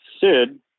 Sid